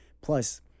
Plus